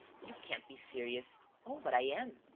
you can't be serious? oh, but i am.